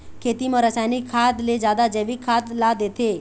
खेती म रसायनिक खाद ले जादा जैविक खाद ला देथे